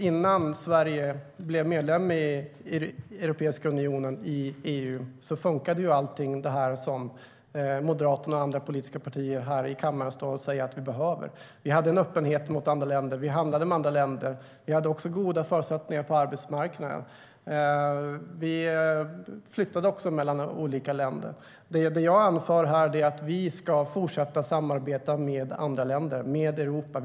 Innan Sverige blev medlem i Europeiska unionen funkade allt det som Moderaterna och andra politiska partier här i kammaren står och säger att vi behöver. Vi hade en öppenhet mot andra länder. Vi handlade med andra länder. Vi hade goda förutsättningar på arbetsmarknaden. Man flyttade också mellan olika länder. Det jag anför är att vi ska fortsätta samarbeta med andra länder, med Europa.